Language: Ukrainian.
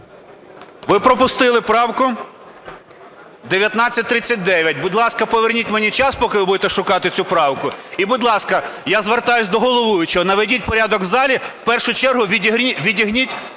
Ви пропустили правку 1939. Будь ласка, поверніть мені час поки ви будете шукати цю правку. І, будь ласка, я звертаюсь до головуючого, наведіть порядок у залі, в першу чергу, відженіть